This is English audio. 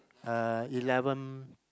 uh eleven